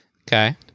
Okay